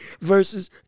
versus